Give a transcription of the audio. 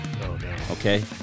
Okay